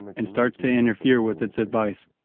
and starts to interfere with its advises.